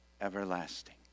everlasting